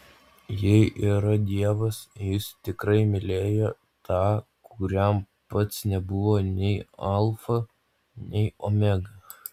jei yra dievas jis tikrai mylėjo tą kuriam pats nebuvo nei alfa nei omega